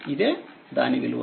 ఇదే దానివిలువ